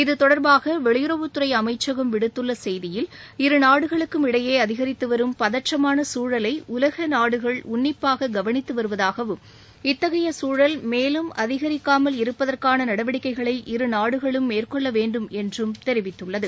இது தொடர்பாக வெளியுறவுத்துறை அமைச்சகம் விடுத்துள்ள செய்தியில் இரு நாடுகளுக்கும் இடையே அதிகரித்து வரும் பதற்றமான சூழலை உலக நாடுகள் உன்னிப்பாக கவனித்து வருவதாகவும் இத்தகைய சூழல் மேலும் அதிகரிக்காமல் இருப்பதற்கான நடவடிக்கைகளை இருநாடுகளும் மேற்கொள்ள வேண்டும் என்றும் தெரிவித்துள்ளது